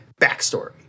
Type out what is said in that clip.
backstory